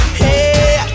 hey